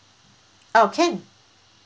oh can